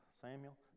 Samuel